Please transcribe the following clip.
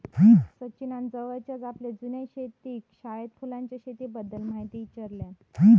सचिनान जवळच्याच आपल्या जुन्या शेतकी शाळेत फुलांच्या शेतीबद्दल म्हायती ईचारल्यान